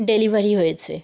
delivery হয়েছে